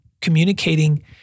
communicating